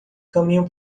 caminham